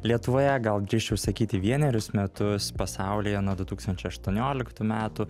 lietuvoje gal drįsčiau sakyti vienerius metus pasaulyje nuo du tūkstančiai aštuonioliktų metų